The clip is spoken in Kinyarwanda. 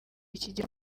kigera